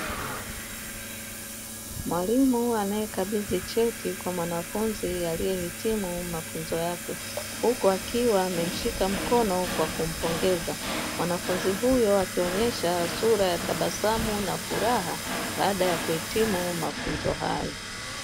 Mwalimu anayekabidhi cheti kwa mwanafunzi aliyehitimu mafunzo yake, huku akiwa amemshika mkono kwa kumpongeza. Mwanafunzi huyo akionyesha sura ya tabasamu na furaha baada ya kuhitimu mafunzo hayo.